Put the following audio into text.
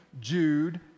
Jude